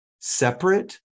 separate